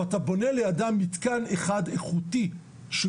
ואתה בונה לידם מתקן אחד איכותי של